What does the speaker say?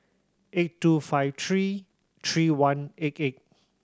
eight two five three three one eight eight